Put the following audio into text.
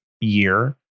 year